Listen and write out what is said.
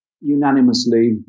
unanimously